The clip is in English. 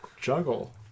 juggle